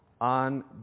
on